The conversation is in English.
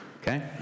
Okay